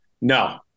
No